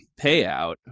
payout